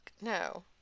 No